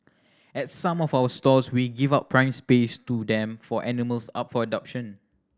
at some of our stores we give out prime space to them for animals up for adoption